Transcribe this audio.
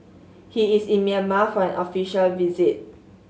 he is in Myanmar for an official visit